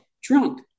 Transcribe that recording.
drunk